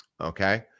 okay